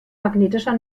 magnetischer